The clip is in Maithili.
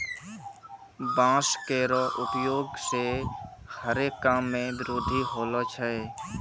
बांस केरो उपयोग सें हरे काम मे वृद्धि होलो छै